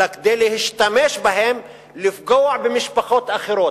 אלא כדי להשתמש בהם לפגוע במשפחות אחרות.